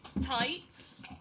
tights